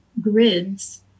grids